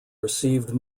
received